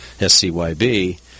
SCYB